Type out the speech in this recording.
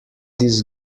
this